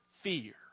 fear